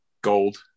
gold